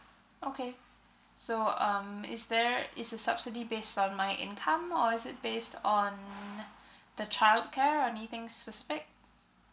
okay so um is there is the subsidy based on my income or is it based on the childcare or anything specific